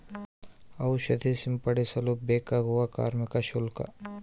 ಔಷಧಿ ಸಿಂಪಡಿಸಲು ಬೇಕಾಗುವ ಕಾರ್ಮಿಕ ಶುಲ್ಕ?